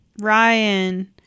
Ryan